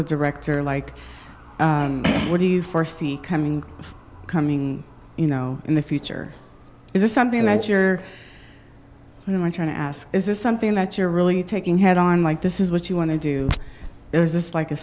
a director like what do you foresee coming coming you know in the future is this something that you're going to ask is this something that you're really taking head on like this is what you want to do there is this like a